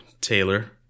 Taylor